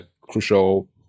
crucial